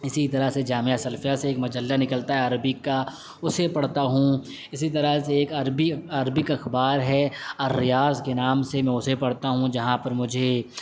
اسی طرح سے جامعہ سلفیہ سے ایک مجلہ نکلتا ہے عربک کا اسے پڑھتا ہوں اسی طرح سے ایک عربی عربک اخبار ہے الریاض کے نام سے میں اسے پڑھتا ہوں جہاں پر مجھے